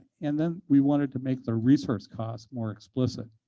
and then we wanted to make the resource cost more explicit.